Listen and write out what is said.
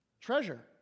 treasure